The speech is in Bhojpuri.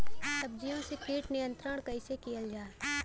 सब्जियों से कीट नियंत्रण कइसे कियल जा?